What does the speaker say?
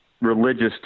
religious